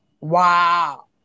Wow